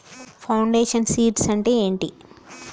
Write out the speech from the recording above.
Foundation seeds అంటే ఏంటి?